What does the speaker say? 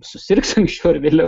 susirgs anksčiau ar vėliau